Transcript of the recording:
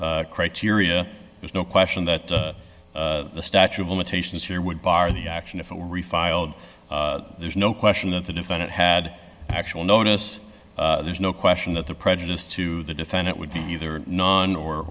four criteria there's no question that the statue of limitations here would bar the action if it were refiled there's no question that the defendant had actual nowness there's no question that the prejudice to the defendant would be either non or